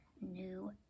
new